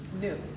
new